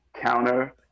counter